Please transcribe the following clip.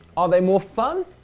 are they more fun?